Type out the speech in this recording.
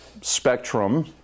spectrum